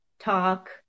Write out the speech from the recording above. talk